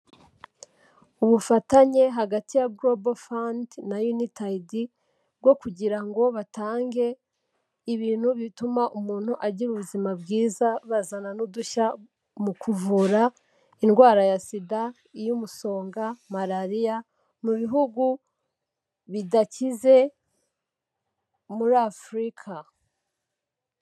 Ubufatanye hagati ya global fund na unitaid bwo kugira ngo batange ibintu bituma umuntu agira ubuzima bwiza bazana n'udushya mu kuvura indwara ya SIDA, iy'umusonga, malariya mu bihugu bidakize muri Afurika.